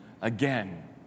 again